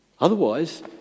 Otherwise